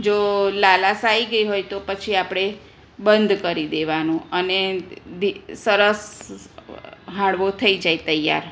જો લાલાસ આવી ગઈ હોય તો પછી આપણે બંધ કરી દેવાનું અને સરસ હાંડવો થઈ જાય તૈયાર